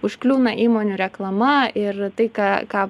užkliūna įmonių reklama ir tai ką ką